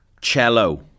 Cello